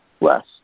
less